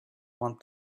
want